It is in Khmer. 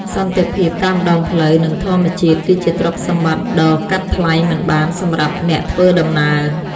សន្តិភាពតាមដងផ្លូវ និងធម្មជាតិ គឺជាទ្រព្យសម្បត្តិដ៏កាត់ថ្លៃមិនបានសម្រាប់អ្នកធ្វើដំណើរ។